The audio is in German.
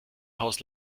haus